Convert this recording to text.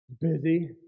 Busy